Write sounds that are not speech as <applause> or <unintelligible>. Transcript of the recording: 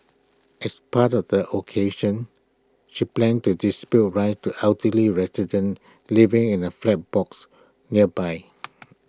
as part of the occasion she planned to distribute right to elderly residents living in A <unintelligible> books nearby